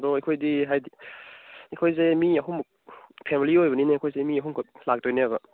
ꯑꯗꯣ ꯑꯩꯈꯣꯏꯗꯤ ꯍꯥꯏꯗꯤ ꯑꯩꯈꯣꯏꯁꯦ ꯃꯤ ꯑꯍꯨꯝꯃꯨꯛ ꯐꯦꯃꯤꯂꯤ ꯑꯣꯏꯕꯅꯤꯅ ꯑꯩꯈꯣꯏꯁꯦ ꯃꯤ ꯑꯍꯨꯝꯈꯛ ꯂꯥꯛꯇꯣꯏꯅꯦꯕ